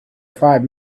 five